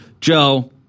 Joe